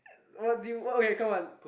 what do you what oh okay come on